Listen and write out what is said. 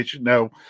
No